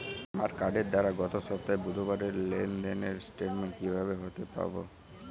আমার কার্ডের দ্বারা গত সপ্তাহের বুধবারের লেনদেনের স্টেটমেন্ট কীভাবে হাতে পাব?